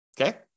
Okay